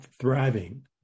thriving